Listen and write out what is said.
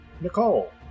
Nicole